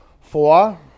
Four